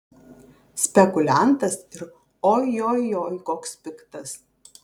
spekuliantas ir ojojoi koks piktas